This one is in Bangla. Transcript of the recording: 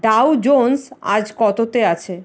ডাউ জোন্স আজ কততে আছে